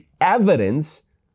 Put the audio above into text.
evidence